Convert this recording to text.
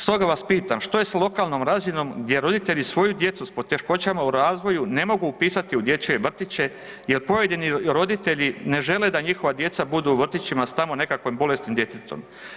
Stoga vas pitam što je s lokalnom razinom gdje roditelji svoju djecu s poteškoćama u razvoju ne mogu upisati u dječje vrtiće jer pojedini ne žele da njihova djeca budu u vrtićima s tamo nekakvim bolesnim djetetom.